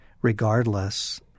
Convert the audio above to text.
Regardless